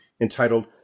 entitled